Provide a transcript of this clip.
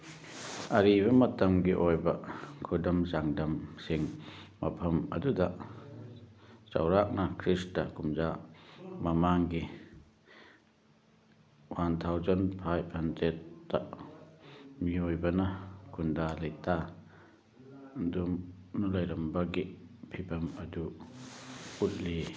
ꯑꯔꯤꯕ ꯃꯇꯝꯒꯤ ꯑꯣꯏꯕ ꯈꯨꯗꯝ ꯆꯥꯡꯗꯝꯁꯤꯡ ꯃꯐꯝ ꯑꯗꯨꯗ ꯆꯧꯔꯥꯛꯅ ꯈ꯭ꯔꯤꯁꯇ ꯀꯨꯝꯖꯥ ꯃꯃꯥꯡꯒꯤ ꯋꯥꯟ ꯊꯥꯎꯖꯟ ꯐꯥꯏꯚ ꯍꯟꯗ꯭ꯔꯦꯠꯇ ꯃꯤꯑꯣꯏꯕꯅ ꯈꯨꯟꯗꯥ ꯂꯩꯇꯥ ꯑꯗꯨꯝ ꯂꯩꯔꯝꯕꯒꯤ ꯐꯤꯕꯝ ꯑꯗꯨ ꯎꯠꯂꯤ